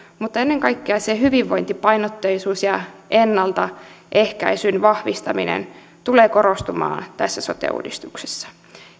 mutta ennen kaikkea se hyvinvointipainotteisuus ja ennaltaehkäisyn vahvistaminen tulee korostumaan tässä sote uudistuksessa